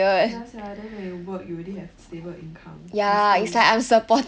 ya sia then when you work you already have stable income he still